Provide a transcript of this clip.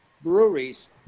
breweries